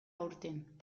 aurten